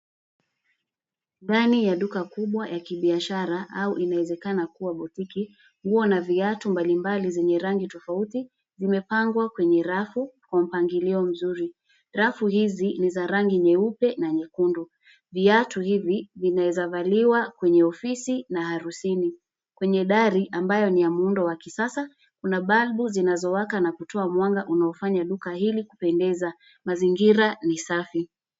Ndani ya duka kubwa ya kibiashara au inawezekana kua botiki nguo na viatu mbalimbali zenye rangi tofauti zimepangwa kwenye rafu kwa mpangilio mzuri. Rafu hizi ni za rangi nyeupe na nyekundu, viatu hivi vinaweza valiwa kwenye ofisi na harusini. Kwenye dari ambayo ni ya muundo wa kisasa, kuna balbu zinazowaka na kutoa mwanga unaofanya duka hili kupendeza; mazingira ni safi.